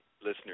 listeners